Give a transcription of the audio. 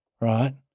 right